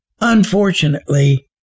unfortunately